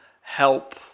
help